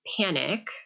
panic